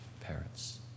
parents